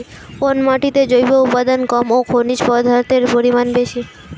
কোন মাটিতে জৈব উপাদান কম ও খনিজ পদার্থের পরিমাণ বেশি?